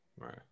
Right